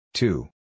Two